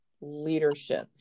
leadership